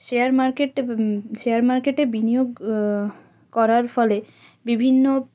share market share মার্কেটে বিনিয়োগ করার ফলে বিভিন্ন